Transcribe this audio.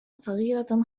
صغيرة